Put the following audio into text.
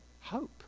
hope